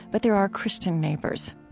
but there are christian neighbors